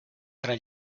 tra